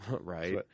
Right